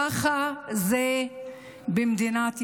ככה זה במדינת ישראל.